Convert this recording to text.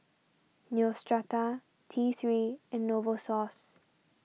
Neostrata T three and Novosource